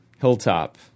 Hilltop